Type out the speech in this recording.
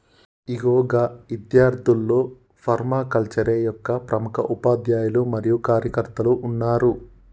ఇగో గా ఇద్యార్థుల్లో ఫర్మాకల్చరే యొక్క ప్రముఖ ఉపాధ్యాయులు మరియు కార్యకర్తలు ఉన్నారు